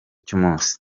cy’umunsi